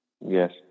Yes